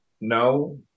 No